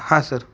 हां सर